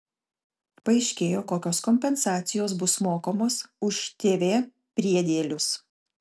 paaiškėjo kokios kompensacijos bus mokamos už tv priedėlius